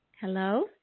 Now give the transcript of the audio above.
Hello